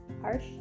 harsh